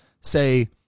say